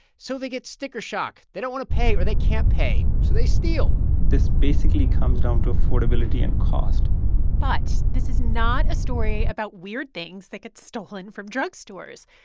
so they get sticker shock. they don't want to pay, or they can't pay. so they steal this basically comes down to affordability and cost but this is not a story about weird things that get stolen from drugstores.